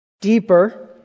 Deeper